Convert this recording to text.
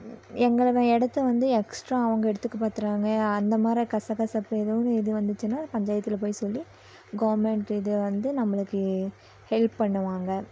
எங்களது இடத்த வந்து எக்ஸ்ட்ரா அவுங்க எடுத்துக்க பாத்துறாங்க அந்த மாதிரி கசகசப்பு எதோ இது வந்துச்சின்னா அத பஞ்சாயத்தில் போய் சொல்லி கவர்மெண்ட் இது வந்து நம்மளுக்கு ஹெல்ப் பண்ணுவாங்க